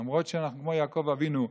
למרות שאנחנו כמו יעקב אבינו,